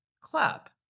clap